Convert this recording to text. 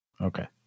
Okay